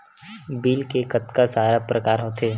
Bill के कतका सारा प्रकार होथे?